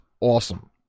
awesome